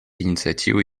инициативы